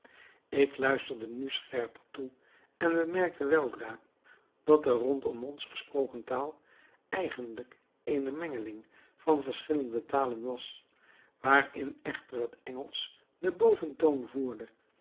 ik luisterde nu scherper toe en bemerkte weldra dat de rondom ons gesproken taal eigenlijk eene mengeling van verschillende talen was waarin echter het engelsch den boventoon voerde